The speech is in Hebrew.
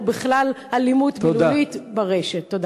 או אלימות מילולית ברשת בכלל.